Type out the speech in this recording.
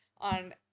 on